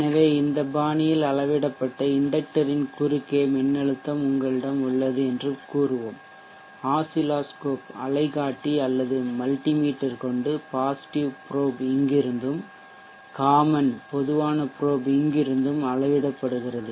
எனவே இந்த பாணியில் அளவிடப்பட்ட இண்டக்டர் ன் குறுக்கே மின்னழுத்தம் உங்களிடம் உள்ளது என்று கூறுவோம் ஆசிலாஸ்கோப்அலைக்காட்டி அல்லது மல்டிமீட்டர் கொண்டு பாசிட்டிவ் ப்ரோப் இங்கிருந்தும் காமன் பொதுவான ப்ரோப் இங்கிருந்தும் அளவிடப்படுகிறது